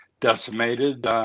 decimated